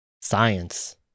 Science